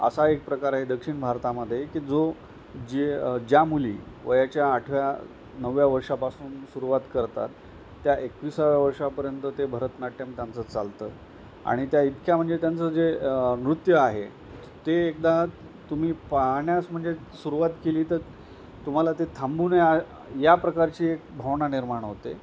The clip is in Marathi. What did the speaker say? असा एक प्रकार आहे दक्षिण भारतामध्ये की जो जे ज्या मुली वयाच्या आठव्या नवव्या वर्षापासून सुरवात करतात त्या एकवीसाव्या वर्षापर्यंत ते भरतनाट्यम त्यांचं चालतं आणि त्या इतक्या म्हणजे त्यांचं जे नृत्य आहे ते एकदा तुम्ही पाहण्यास म्हणजे सुरुवात केली तर तुम्हाला ते थांबू नये या प्रकारची एक भावना निर्माण होते